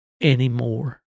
anymore